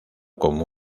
como